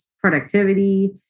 productivity